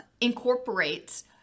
incorporates